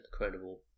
Incredible